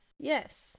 Yes